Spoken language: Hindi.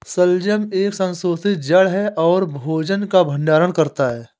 शलजम एक संशोधित जड़ है और भोजन का भंडारण करता है